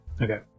okay